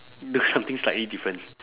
do something slightly different